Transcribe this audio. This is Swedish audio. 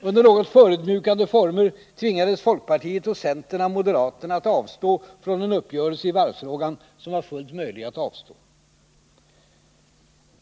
Under något förödmjukande former tvingades folkpartiet och centern av moderaterna att avstå från en uppgörelse i varvsfrågan som var fullt möjlig att uppnå.